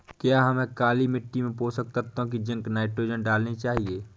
क्या हमें काली मिट्टी में पोषक तत्व की जिंक नाइट्रोजन डालनी चाहिए?